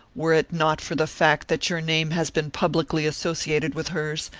were it not for the fact that your name has been publicly associated with hers,